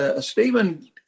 Stephen